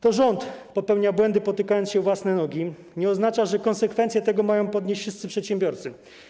To, że rząd popełnia błędy, potykając się o własne nogi, nie oznacza, że konsekwencje tego mają ponieść wszyscy przedsiębiorcy.